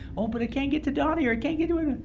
oh, but it can't get to donny or it can't get to him.